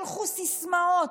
שלחו סיסמאות,